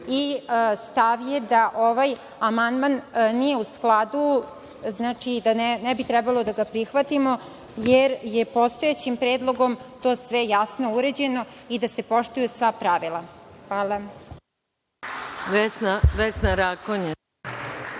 Stav je da ovaj amandman nije u skladu, da ne bi trebalo da ga prihvatimo, jer je postojećim predlogom to sve jasno uređeno i da se poštuju sva pravila. Hvala.